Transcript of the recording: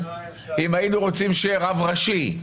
האם היינו רוצים שיהיה רב ראשי,